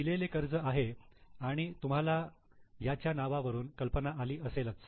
हे दिलेले कर्ज आहे आणि आणि तुम्हाला याच्या नावावरून कल्पना आली असेलच